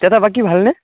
দাদা বাকী ভালনে